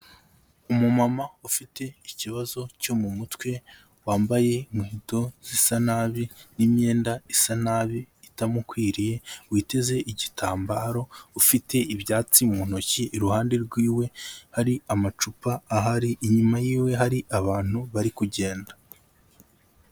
Umumama ufite ikibazo cyo mu mutwe wambaye inkweto isa nabi n'imyenda isa nabi itamukwiriye, witeze igitambaro ufite ibyatsi mu ntoki, iruhande rwiwe hari amacupa ahari, inyuma yiwe hari abantu bari kugenda.